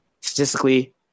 Statistically